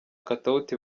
katauti